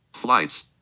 Flights